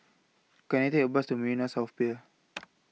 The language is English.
Can I Take A Bus to Marina South Pier